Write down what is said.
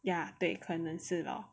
ya 对可能是 lor